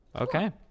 okay